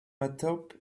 atop